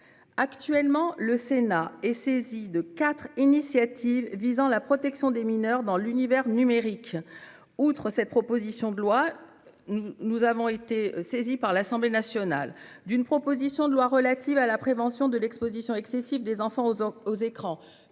Actuellement, le Sénat est invité à se prononcer sur quatre initiatives visant la protection des mineurs dans l'univers numérique. Outre cette proposition de loi, nous ont été transmises de l'Assemblée nationale, premièrement, une proposition de loi relative à la prévention de l'exposition excessive des enfants aux écrans,